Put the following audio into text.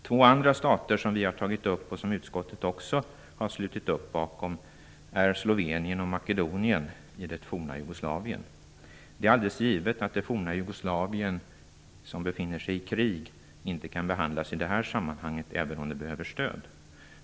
Två andra stater som vi nämnt och där utskottet också har slutit upp är Slovenien och Makedonien i det forna Jugoslavien. Det är alldeles givet att det forna Jugoslavien, som befinner sig i krig, inte kan tas upp i det här sammanhanget även om det behöver stöd.